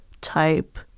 type